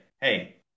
hey